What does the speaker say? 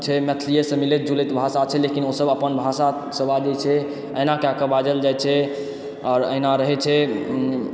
छै मैथिलियेसँ मिलैत जुलैत भाषा छै लेकिन ओ अपन भाषा सिवा जे छै एना कए कऽ बाजल जाइ छै आओर एहिना रहै छै